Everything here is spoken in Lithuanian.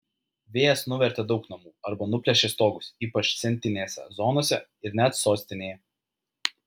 vėjas nuvertė daug namų arba nuplėšė stogus ypač centinėse zonose ir net sostinėje